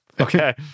Okay